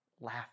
laugh